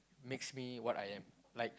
makes me what I am like